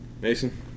Mason